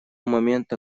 момента